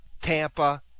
Tampa